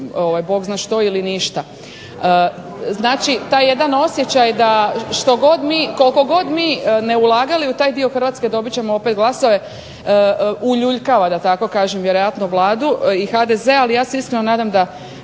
se ne radi ništa. Znači taj jedan osjećaj koliko god mi ne ulagali u taj dio Hrvatske dobiti ćemo opet glasove, uljuljkava vjerojatno Vladu i HDZ ali ja se iskreno nadam da